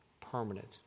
permanent